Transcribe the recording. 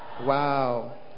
wow